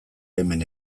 hemen